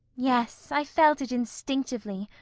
yes, i felt it instinctively,